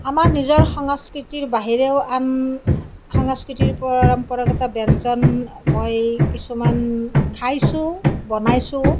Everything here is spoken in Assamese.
আমাৰ নিজৰ সাংস্কৃতিৰ বাহিৰেও সাংস্কৃতিৰ পৰম্পৰাগত ব্যঞ্জন মই কিছুমান খাইছোঁও বনাইছোঁ